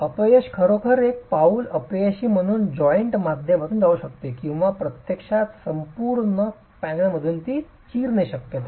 अपयश खरोखर एक पाऊल अपयशी म्हणून जॉइंट माध्यमातून जाऊ शकते किंवा प्रत्यक्षात संपूर्ण पॅनेलमधून तो चीरणे शकता